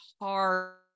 hard